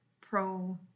pro